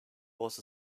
was